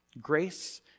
Grace